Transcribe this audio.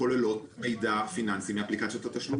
כוללות מידע פיננסי מאפליקציות התשלומים.